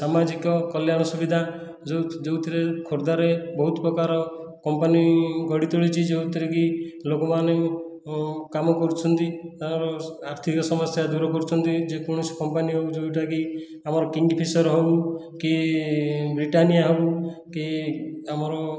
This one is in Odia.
ସାମାଜିକ କଲ୍ୟାଣ ସୁବିଧା ଯେଉଁ ଯେଉଁଥିରେ ଖୋର୍ଦ୍ଧାରେ ବହୁତ ପ୍ରକାରର କମ୍ପାନୀ ଗଢ଼ି ତୋଳିଛି ଯେଉଁଥିରେ କି ଲୋକମାନେ କାମ କରୁଛନ୍ତି ତାଙ୍କର ଆର୍ଥିକ ସମସ୍ୟା ଦୂର କରୁଛନ୍ତି ଯେକୌଣସି କମ୍ପାନୀ ହେଉ ଯେଉଁଟାକି ଆମର କିଙ୍ଗଫିସର ହେଉ କି ବ୍ରିଟାନିଆ ହେଉ କି ଆମର